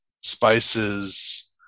spices